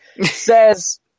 says